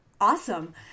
Awesome